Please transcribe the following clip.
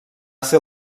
ser